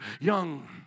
young